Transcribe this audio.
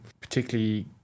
particularly